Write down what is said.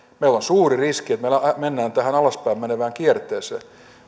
meillä on suuri riski että me menemme tähän alaspäin menevään kierteeseen